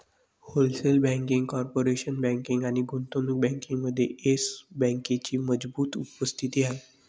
wholesale banking, corporate banking आणि गुंतवणूक बँकिंगमध्ये येस बँकेची मजबूत उपस्थिती आहे